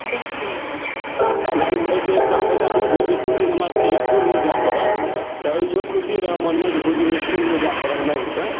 लेकिन एहिसँ एकटा फायदा ई भेल जे कि दू दिन हमरा सभकेँ इसकुल नहि जाए पड़ल तऽ इहो खुशी रहऽ मनमे दू दिन इसकुल नहि जाए पड़ल मारिसँ